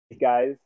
guys